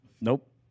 nope